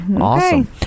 awesome